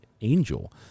angel